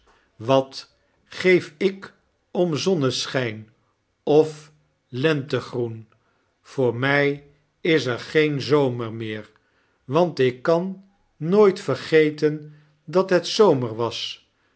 wat geef ik om zonneschyn of lentegroen voor my is er geen zomer meer wantikkan nooit vergeten dat het zomer was